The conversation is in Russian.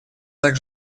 так